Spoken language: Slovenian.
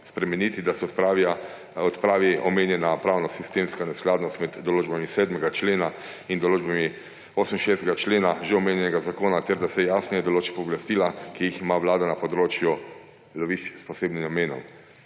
spremeniti, da se odpravi omenjena pravnosistemska neskladnost med določbami 7. člena in določbami 68. člena že omenjenega zakona ter da se jasneje določijo pooblastila, ki jih ima vlada na področju lovišč s posebnim namenom.